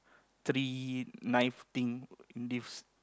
three knife thing in this